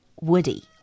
woody